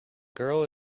girl